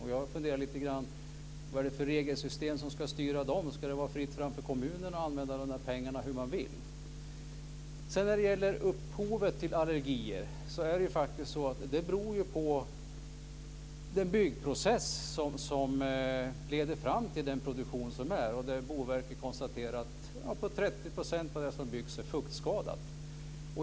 Jag har funderat lite grann över vad det är för regelsystem som ska styra. Ska det vara fritt fram för kommunerna att använda de pengarna hur man vill? När det gäller upphovet till allergier kan vi notera att det beror på den byggprocess som leder fram till den produktion vi har. Boverket konstaterar att uppåt 30 % av det som byggs är fuktskadat.